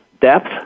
depth